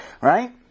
Right